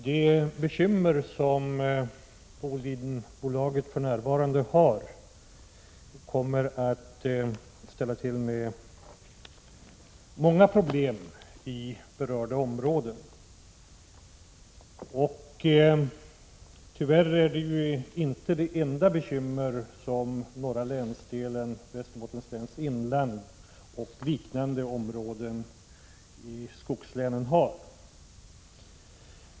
Prot. 1986/87:22 Herr talman! Det bekymmer som Bolidenbolaget för närvarande har 10 november 1986 kommer att ställa till med många problem i berörda områden. Tyvärr är det. = inte det enda bekymmer som norra länsdelen Västerbottens läns inland och liknande områden i skogslänen har.